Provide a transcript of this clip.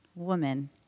woman